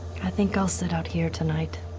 i think i'll sit out here tonight.